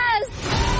yes